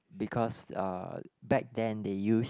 because uh back then they use